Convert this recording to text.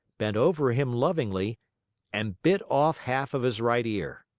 bent over him lovingly and bit off half of his right ear.